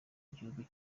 igihugu